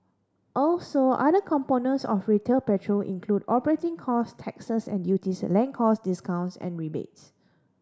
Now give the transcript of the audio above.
also other components of retail petrol include operating cost taxes and duties land cost discounts and rebates